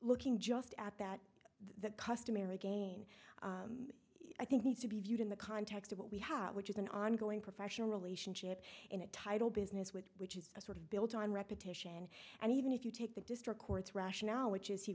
looking just at that the customary gain i think needs to be viewed in the context of what we have which is an ongoing professional relationship in a title business with which a sort of built on reputation and even if you take the district court's rationale which is he